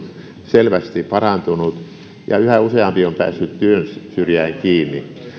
selvästi parantunut ja yhä useampi on päässyt työn syrjään kiinni